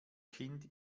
kind